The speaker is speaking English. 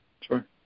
sure